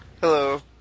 Hello